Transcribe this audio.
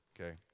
okay